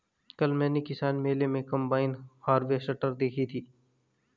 कल मैंने किसान मेले में कम्बाइन हार्वेसटर देखी थी